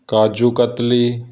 kaju katli